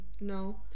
No